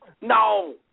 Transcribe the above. No